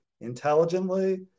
intelligently